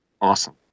Awesome